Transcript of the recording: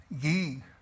ye